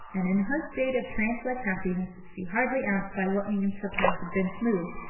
and in her state of trance-like happiness she hardly asked by what means her path had been smoothed,